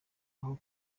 ariko